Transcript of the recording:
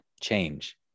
change